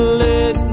let